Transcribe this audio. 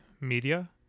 media